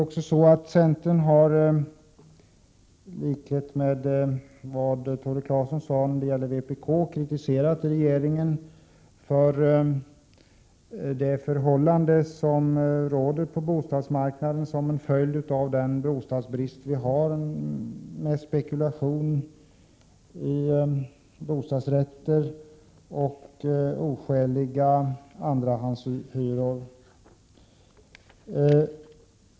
Centern har, i likhet med vad Tore Claeson sade såvitt gäller vpk, kritiserat regeringen för de förhållanden som råder på bostadsmarknaden till följd av den rådande bostadsbristen, vilken harlett till spekulation i bostadsrätter och oskäliga andrahandshyror.